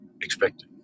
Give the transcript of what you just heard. expected